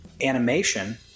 animation